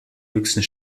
höchsten